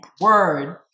word